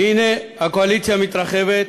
והנה, הקואליציה מתרחבת,